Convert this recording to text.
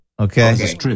Okay